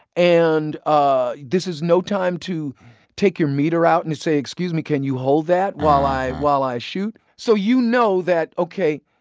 and ah this is no time to take your meter out and say, excuse me, can you hold that while i while i shoot? so you know that, ok,